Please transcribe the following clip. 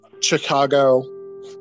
Chicago